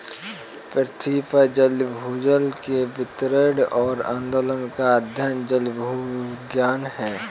पृथ्वी पर जल भूजल के वितरण और आंदोलन का अध्ययन जलभूविज्ञान है